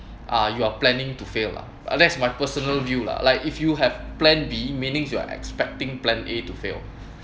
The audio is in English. uh you are planning to fail lah ah that is my personal view lah like if you have plan B meanings you are expecting plan A to fail